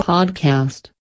Podcast